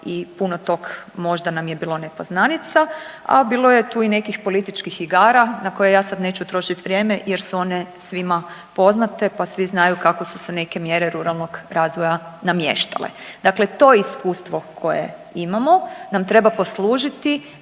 i puno tog možda nam je bilo nepoznanica, a bilo je tu i nekih političkih igara na koje ja sad neću trošiti vrijeme jer su one svima poznate, pa svi znaju kako su se neke mjere ruralnog razvoja namještale. Dakle, to iskustvo koje imamo nam treba poslužiti